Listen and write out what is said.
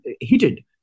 heated